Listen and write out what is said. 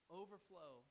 overflow